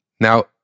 Now